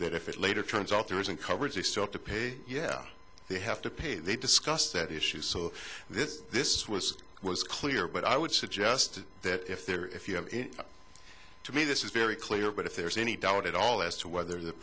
that if it later turns out there isn't coverage they still have to pay yeah they have to pay they discuss that issue so this this was was clear but i would suggest that if there if you have to me this is very clear but if there's any doubt at all as to whether th